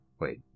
wait